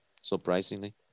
surprisingly